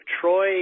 Troy